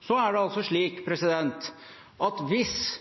Hvis representanten Terje Halleland tror at